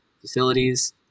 facilities